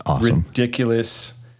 ridiculous